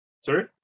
Sorry